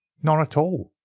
none at all,